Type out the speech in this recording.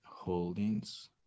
Holdings